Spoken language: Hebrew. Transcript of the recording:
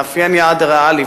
לאפיין יעד ריאלי.